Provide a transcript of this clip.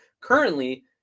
currently